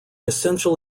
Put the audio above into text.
essential